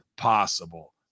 possible